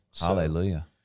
hallelujah